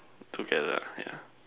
together yeah